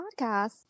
podcast